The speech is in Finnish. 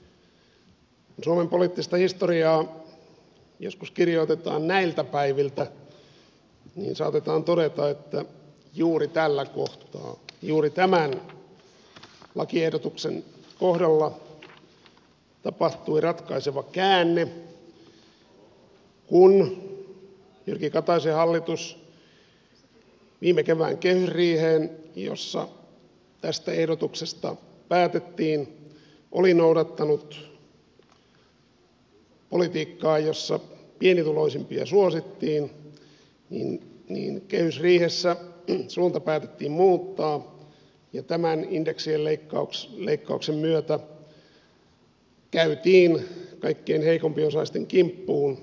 kun suomen poliittista historiaa joskus kirjoitetaan näiltä päiviltä niin saatetaan todeta että juuri tällä kohtaa juuri tämän lakiehdotuksen kohdalla tapahtui ratkaiseva käänne kun jyrki kataisen hallitus viime kevään kehysriiheen saakka jossa tästä ehdotuksesta päätettiin oli noudattanut politiikkaa jossa pienituloisimpia suosittiin mutta kehysriihessä suunta päätettiin muuttaa ja tämän indeksien leikkauksen myötä käytiin kaikkein heikompiosaisten kimppuun